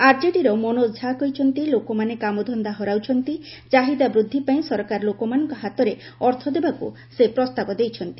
ଆର୍ଜେଡିର ମନୋଜ ଝା କହିଛନ୍ତି ଲୋକମାନେ କାମଧନ୍ଦା ହରାଉଛନ୍ତି ଚାହିଦା ବୃଦ୍ଧି ପାଇଁ ସରକାର ଲୋକମାନଙ୍କ ହାତରେ ଅର୍ଥ ଦେବାକୁ ସେ ପ୍ରସ୍ତାବ ଦେଇଛନ୍ତି